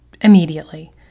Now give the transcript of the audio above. immediately